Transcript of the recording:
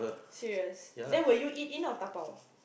serious then will you eat in or dabao